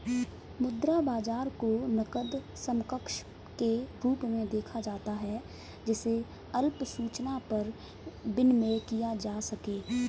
मुद्रा बाजार को नकद समकक्ष के रूप में देखा जाता है जिसे अल्प सूचना पर विनिमेय किया जा सके